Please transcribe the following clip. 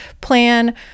plan